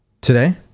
today